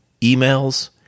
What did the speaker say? emails